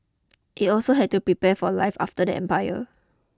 it also had to prepare for life after the empire